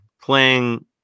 playing